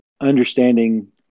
understanding